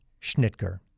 Schnitger